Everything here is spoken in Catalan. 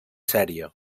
sèrie